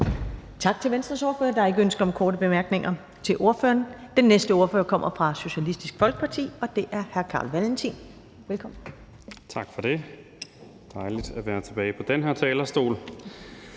Tak til Venstres ordfører. Der er ikke ønske om korte bemærkninger til ordføreren. Den næste ordfører kommer fra Socialistisk Folkeparti, og det er hr. Carl Valentin. Velkommen. Kl. 13:17 (Ordfører) Carl Valentin (SF): Tak for det.